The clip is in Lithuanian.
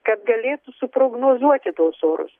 kad galėtų suprognozuoti tuos orus